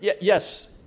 Yes